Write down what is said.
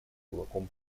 кулаком